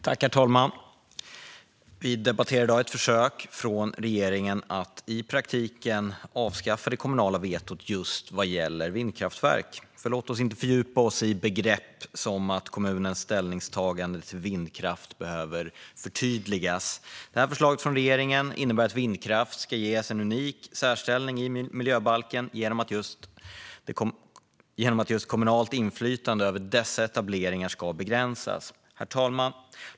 Herr talman! Vi debatterar i dag ett försök från regeringen att i praktiken avskaffa det kommunala vetot vad gäller just vindkraftverk. Låt oss nu inte fördjupa oss i begrepp som att kommunens ställningstagande till vindkraft behöver "förtydligas". Förslaget från regeringen innebär att vindkraft ska ges en unik särställning i miljöbalken genom att det kommunala inflytandet över dessa etableringar ska begränsas. Herr talman!